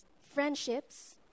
friendships